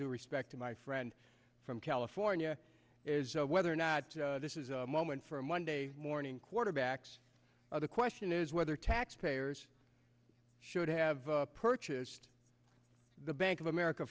due respect to my friend from california is whether or not this is a moment for monday morning quarterbacks of the question is whether taxpayers should have purchased the bank of america